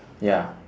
ya